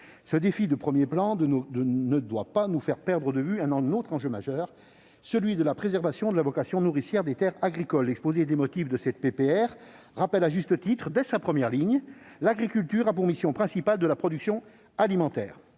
Ce défi de premier plan ne doit pas nous faire perdre de vue un autre enjeu majeur, celui de la préservation de la vocation nourricière des terres agricoles. L'exposé des motifs de cette proposition de loi rappelle à juste titre, dès sa première ligne, que « l'agriculture a pour mission principale la production alimentaire